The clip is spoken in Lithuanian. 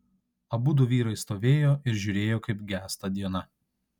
abudu vyrai stovėjo ir žiūrėjo kaip gęsta diena